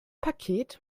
paket